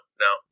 no